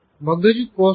- મગજ કોષો